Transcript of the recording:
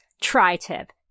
tri-tip